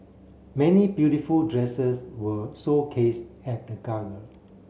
many beautiful dresses were showcased at the gala